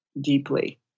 deeply